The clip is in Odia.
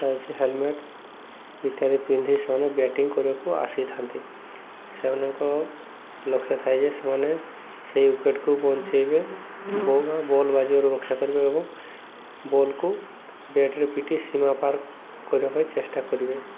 ତା ହେଲ୍ମେଟ୍ ଇତ୍ୟାଦି ପିନ୍ଧି ସେମାନେ ବ୍ୟାଟିଂ କରିବାକୁ ଆସିଥାନ୍ତି ସେମାନଙ୍କର ଲକ୍ଷ୍ୟ ଥାଏ ଯେ ସେମାନେ ସେଇ ଉଇକେଟ୍କୁ ବଞ୍ଚେଇବେ ବଲ୍ ବାଜିବାରୁ ରକ୍ଷା କରିବେ ଏବଂ ବଲ୍କୁ ବ୍ୟାଟ୍ରେ ପିଟି ସୀମା ପାର୍ କରିବା ପାଇଁ ଚେଷ୍ଟା କରିବେ